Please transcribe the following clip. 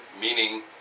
meaning